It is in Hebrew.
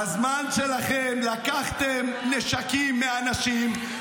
בזמן שלכם לקחתם נשקים מאנשים,